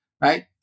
right